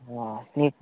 నీకు